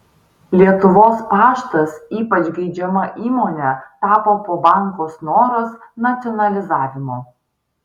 lietuvos paštas ypač geidžiama įmone tapo po banko snoras nacionalizavimo